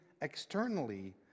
externally